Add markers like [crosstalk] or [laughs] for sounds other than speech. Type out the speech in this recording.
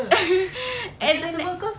[laughs]